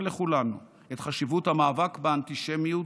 לכולנו את חשיבות המאבק באנטישמיות,